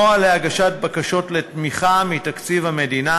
"נוהל להגשת בקשות לתמיכה מתקציב המדינה